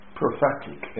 prophetic